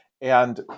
And-